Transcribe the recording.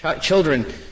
children